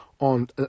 on